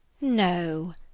no